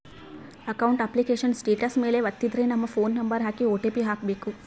account application status ಮೇಲೆ ವತ್ತಿದ್ರೆ ನಮ್ ಫೋನ್ ನಂಬರ್ ಹಾಕಿ ಓ.ಟಿ.ಪಿ ಹಾಕ್ಬೆಕು